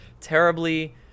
terribly